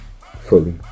fully